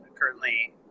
currently